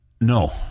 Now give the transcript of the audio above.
No